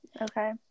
okay